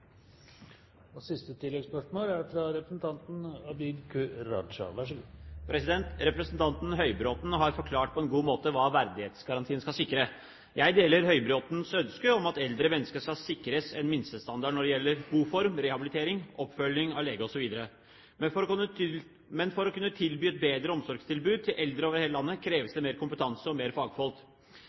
Abid Q. Raja – til oppfølgingsspørsmål. Representanten Høybråten har forklart på en god måte hva verdighetsgarantien skal sikre. Jeg deler Høybråtens ønske om at eldre mennesker skal sikres en minstestandard når det gjelder boform, rehabilitering, oppfølging av lege osv. Men for å kunne tilby et bedre omsorgstilbud til eldre over hele landet kreves det mer kompetanse og flere fagfolk.